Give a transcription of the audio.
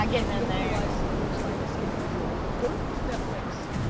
if you don't realize you're trying to escape your real life. don't use netflix,